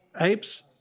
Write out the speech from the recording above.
Apes